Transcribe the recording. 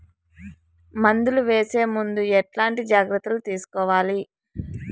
మందులు వేసే ముందు ఎట్లాంటి జాగ్రత్తలు తీసుకోవాలి?